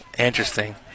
Interesting